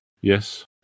Yes